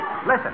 Listen